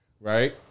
right